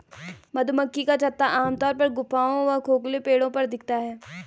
मधुमक्खी का छत्ता आमतौर पर गुफाओं व खोखले पेड़ों पर दिखता है